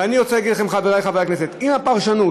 ואני רוצה להגיד לכם, חברי חברי הכנסת, אם הפרשנות